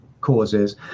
causes